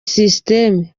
system